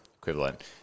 equivalent